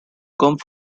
come